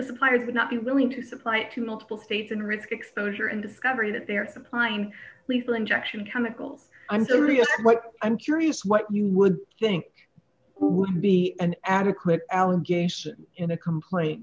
suppliers would not be willing to supply to multiple states and risk exposure and discovery that they're supplying lethal injection chemicals i'm sorry of what i'm curious what you would think would be an adequate allegation in the complain